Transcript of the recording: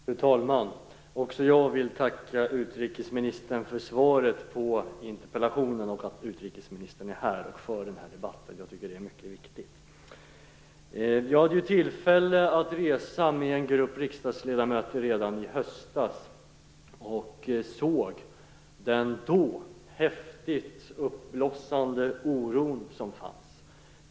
Fru talman! Också jag vill tacka utrikesministern för svaret på interpellationen och för att utrikesministern är här och för den här debatten. Jag tycker att det är mycket viktigt. Jag hade tillfälle att resa med en grupp riksdagsledamöter redan i höstas och se den då häftigt uppblossande oro som fanns.